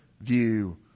view